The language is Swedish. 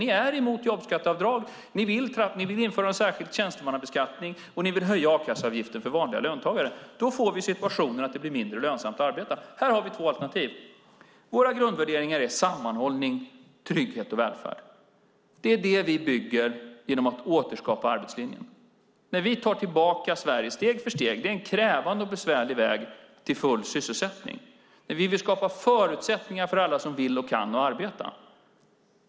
Ni är emot jobbskatteavdrag, ni vill införa särskild tjänstemannabeskattning och ni vill höja a-kasseavgiften för vanliga löntagare. Då får vi situationen att det blir mindre lönsamt att arbeta. Här har vi två alternativ. Våra grundvärderingar är sammanhållning, trygghet och välfärd. Det är det vi bygger genom att återskapa arbetslinjen. Vi tar tillbaka Sverige steg för steg - det är en krävande och besvärlig väg till full sysselsättning - och vi vill skapa förutsättningar för att alla ska arbeta som vill och kan.